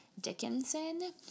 Dickinson